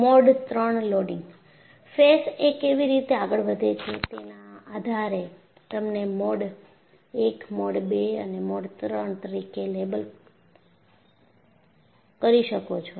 mode III loading face એ કેવી રીતે આગળ વધે છે તેના આધારે તેમને મોડ I મોડ II અથવા મોડ III તરીકે લેબલ શકો છો